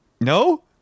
No